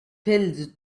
pills